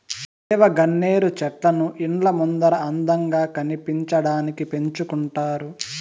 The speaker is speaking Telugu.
దేవగన్నేరు చెట్లను ఇండ్ల ముందర అందంగా కనిపించడానికి పెంచుకుంటారు